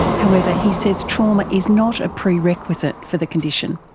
however, he says trauma is not a pre-requisite for the condition.